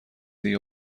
دیگه